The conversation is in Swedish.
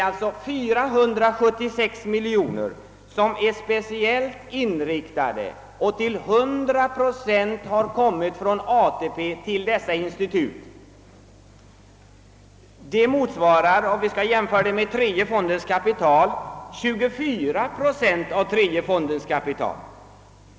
Dessa 476 miljoner kronor, som är »specialinriktade», har alltså till 100 procent kommit från ATP-medel. Det beloppet utgör 24 procent av tredje AP fondens kapital.